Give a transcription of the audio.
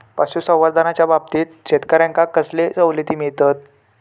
पशुसंवर्धनाच्याबाबतीत शेतकऱ्यांका कसले सवलती मिळतत?